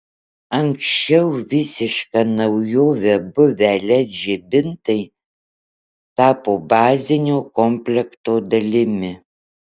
anksčiau visiška naujove buvę led žibintai tapo bazinio komplekto dalimi